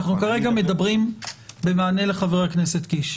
אנחנו כרגע מדברים במענה לחבר הכנסת קיש.